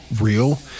real